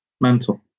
Mental